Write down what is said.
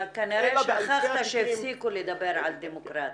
אתה כנראה שכחת שהפסיקו לדבר על "דמוקרטית"